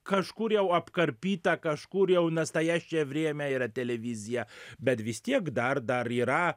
kažkur jau apkarpyta kažkur jau nastajasčiaja vremia yra televizija bet vis tiek dar dar yra